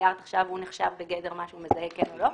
שתיארת עכשיו נחשב בגדר משהו מזהה או לא,